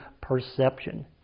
perception